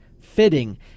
fitting